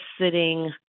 sitting